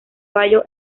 bayo